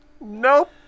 Nope